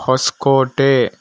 Hosakote